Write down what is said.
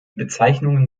bezeichnungen